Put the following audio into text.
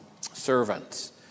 servants